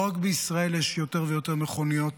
לא רק בישראל יש יותר ויותר מכוניות